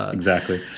ah exactly.